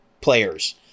players